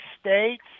states